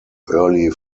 early